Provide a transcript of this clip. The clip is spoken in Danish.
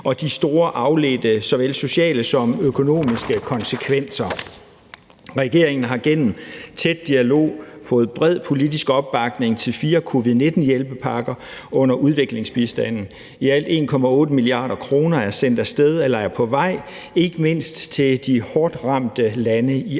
og de store afledte såvel sociale som økonomiske konsekvenser. Regeringen har gennem en tæt dialog fået bred politisk opbakning til fire covid-19-hjælpepakker under udviklingsbistanden. I alt 1,8 mia. kr. er sendt af sted eller er på vej til ikke mindst de hårdt ramte lande i Afrika.